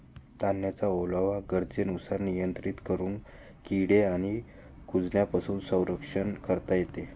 धान्याचा ओलावा गरजेनुसार नियंत्रित करून किडे आणि कुजण्यापासून संरक्षण करता येते